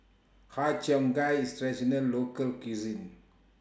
Har Cheong Gai IS Local Cuisine